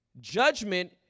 Judgment